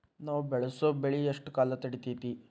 ನಾವು ಬೆಳಸೋ ಬೆಳಿ ಎಷ್ಟು ಕಾಲ ತಡೇತೇತಿ?